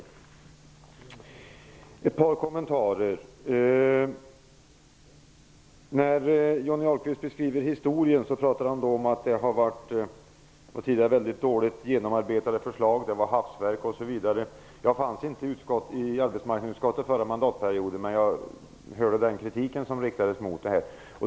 Jag vill göra ett par kommentarer. När Johnny Ahlqvist beskriver historien talar han om att det tidigare har varit mycket dåligt genomarbetade förslag. Det har varit hafsverk, osv. Jag fanns inte i arbetsmarknadsutskottet under förra mandatperioden, men jag hörde den kritik som riktades mot detta.